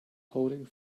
holding